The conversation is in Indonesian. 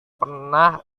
pernah